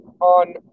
on